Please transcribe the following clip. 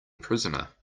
prisoner